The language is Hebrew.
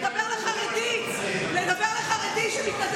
אני תמיד